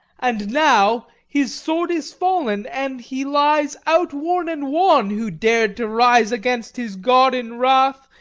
and now his sword is fallen, and he lies outworn and wan who dared to rise against his god in wrath,